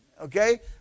okay